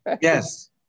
Yes